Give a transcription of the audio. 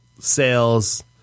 sales